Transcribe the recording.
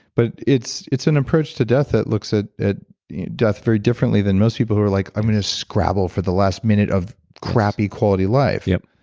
but it's it's an approach to death that looks at at death very differently than most people who are like, i'm going to scramble for the last minute of crappy quality life yup.